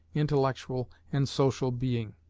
intellectual, and social being.